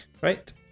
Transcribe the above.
Right